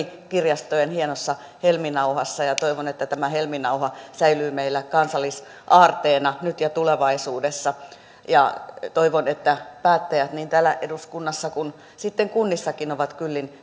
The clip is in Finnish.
kirjastojen hienossa helminauhassa ja toivon että tämä helminauha säilyy meillä kansallisaarteena nyt ja tulevaisuudessa toivon että päättäjät niin täällä eduskunnassa kuin kunnissakin ovat kyllin viisaita